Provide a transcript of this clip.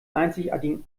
einzigartigen